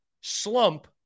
slump